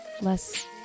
less